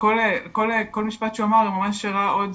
ובאמת כל משפט שהוא אמר ממש הראה עוד